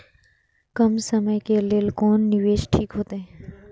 कम समय के लेल कोन निवेश ठीक होते?